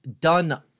done